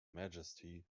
majesty